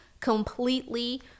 completely